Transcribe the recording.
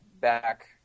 back